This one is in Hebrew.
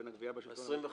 בין הגבייה ב --- אז